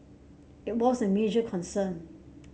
it was a major concern